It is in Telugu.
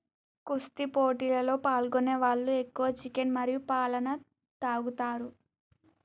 కుస్తీ పోటీలలో పాల్గొనే వాళ్ళు ఎక్కువ చికెన్ మరియు పాలన తాగుతారు